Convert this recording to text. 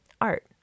art